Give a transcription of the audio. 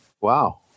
Wow